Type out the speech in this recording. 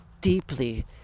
deeply